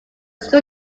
school